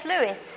Lewis